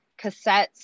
cassettes